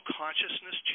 consciousness